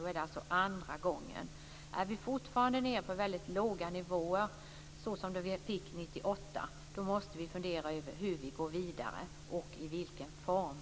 Det blir alltså andra gången. Är vi fortfarande nere på de väldigt låga nivåer som vi hade 1998 måste vi fundera över hur vi går vidare och i vilken form.